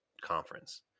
conference